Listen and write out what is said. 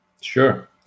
Sure